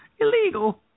illegal